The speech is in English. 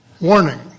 Warning